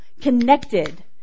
connected